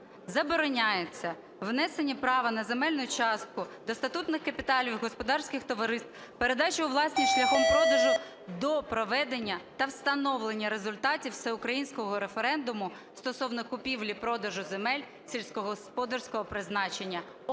"Забороняється внесення права на земельну частку до статутних капіталів господарських товариств, передача у власність шляхом продажу до проведення та встановлення результатів всеукраїнського референдуму стосовно купівлі-продажу земель сільськогосподарського призначення".